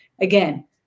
again